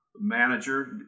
manager